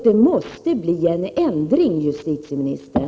Det måste bli en ändring, justitieministern!